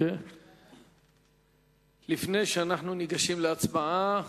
לפני שאנחנו ניגשים להצבעה,